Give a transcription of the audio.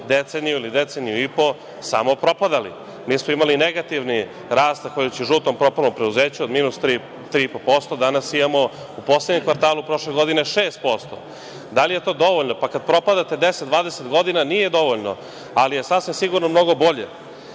deceniju ili deceniju i po samo propadali. Mi smo imali negativni rast, zahvaljujući žutom, propalom preduzeću, od minus 3,5%, danas imamo u poslednjem kvartalu prošle godine 6%. Da li je to dovoljno? Pa, kad propadate 10, 20 godina nije dovoljno, ali je sasvim sigurno mnogo bolje. Kad